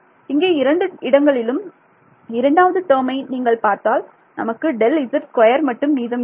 இங்கே இரண்டு இடங்களிலும் இரண்டாவது டேர்மை நீங்கள் பார்த்தால் நமக்கு Δz2 மட்டும் மீதம் இருக்கும்